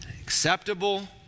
acceptable